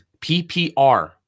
PPR